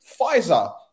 Pfizer